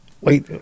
Wait